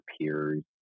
peers